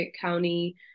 County